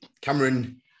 cameron